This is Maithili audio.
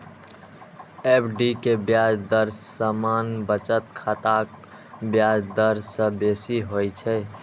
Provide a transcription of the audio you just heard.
एफ.डी के ब्याज दर सामान्य बचत खाताक ब्याज दर सं बेसी होइ छै